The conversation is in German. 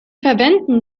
verwenden